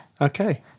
okay